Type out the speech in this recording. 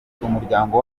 umuryango